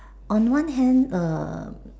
on one hand um